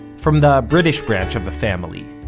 from the british branch of the family.